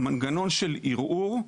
מנגנון של ערעור.